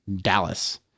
Dallas